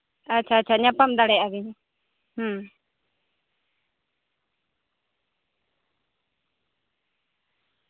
ᱟᱪᱪᱷᱟ ᱟᱪᱪᱷᱟ ᱧᱟᱯᱟᱢ ᱫᱟᱲᱭᱟᱜᱼᱟ ᱵᱤᱱ